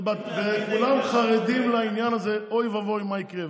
כולם חרדים לעניין הזה, אוי ואבוי מה יקרה.